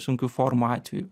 sunkių formų atveju